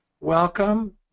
Welcome